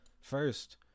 first